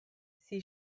sie